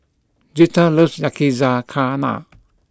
Girtha loves yakizakana